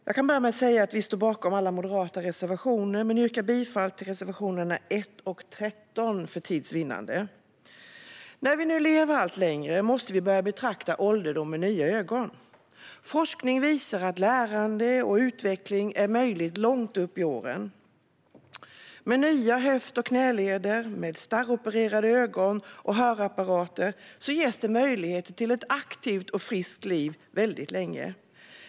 Fru talman! Vi står bakom alla moderata reservationer, men för tids vinnande yrkar jag bifall endast till reservationerna 1 och 13. När vi lever allt längre måste vi betrakta ålderdomen med nya ögon. Forskning visar att lärande och utveckling är möjligt långt upp i åren. Med nya höft och knäleder, starropererade ögon och hörapparater ges möjlighet till ett aktivt och friskt liv länge.